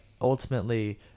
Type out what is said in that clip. ultimately